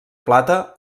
plata